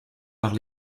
par